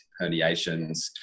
herniations